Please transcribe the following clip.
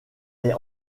est